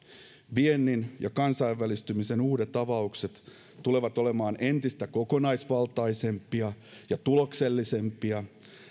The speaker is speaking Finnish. viennin ja kansainvälistymisen uudet avaukset tulevat olemaan entistä kokonaisvaltaisempia ja tuloksellisempia